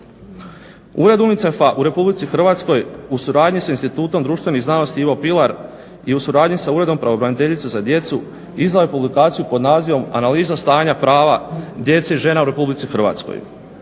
Ured UNICEF-a u Republici Hrvatskoj u suradnji s Institutom društvenih znanosti "Ivo Pilar" i u suradnji sa Uredom pravobraniteljice za djecu izdao je publikaciju pod nazivom analiza stanja prava djece i žena u Republici Hrvatskoj